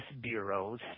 bureaus